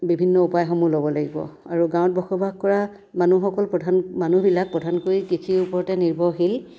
বিভিন্ন উপায়সমুহ ল'ব লাগিব আৰু গাঁৱত বসবাস কৰা মানুহসকল প্ৰধান মানুহবিলাক প্ৰধানকৈ কৃষিৰ ওপৰতে নিৰ্ভৰশীল